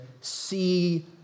see